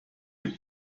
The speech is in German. gibt